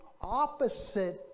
opposite